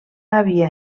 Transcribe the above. havia